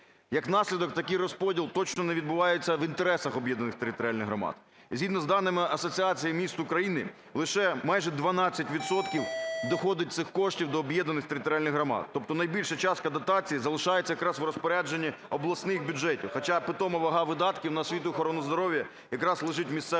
Як наслідок, такий розподіл точно не відбувається в інтересах об'єднаних територіальних громад. І згідно з даними Асоціації міст України лише майже 12 відсотків доходить цих коштів до об'єднаних територіальних громад. Тобто найбільша частка дотацій залишається якраз у розпорядженні обласних бюджетів, хоча питома вага видатків на освіту і охорону здоров'я якраз лежить в місцевих бюджетах.